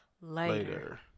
later